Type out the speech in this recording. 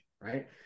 right